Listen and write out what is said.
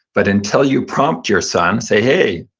but until you prompt your son, say, hey,